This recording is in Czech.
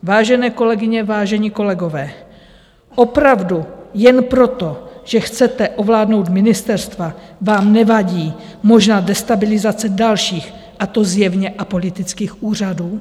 Vážené kolegyně, vážení kolegové, opravdu jen proto, že chcete ovládnout ministerstva, vám nevadí možná destabilizace dalších a to zjevně apolitických úřadů?